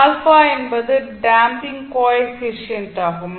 α என்பது damping coefficient ஆகும்